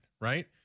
right